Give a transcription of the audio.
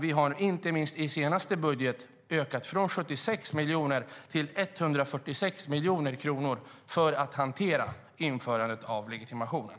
Vi har i den senaste budgeten ökat från 76 miljoner till 146 miljoner kronor för att hantera införandet av legitimationen.